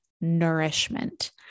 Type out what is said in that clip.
nourishment